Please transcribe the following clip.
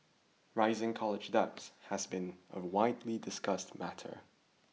rising college debt has been a widely discussed matter